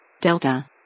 Delta